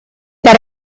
that